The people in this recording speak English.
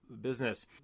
business